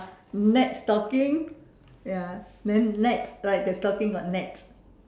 net stocking ya then net like the turkey got net